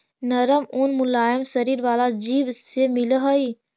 नरम ऊन मुलायम शरीर वाला जीव से मिलऽ हई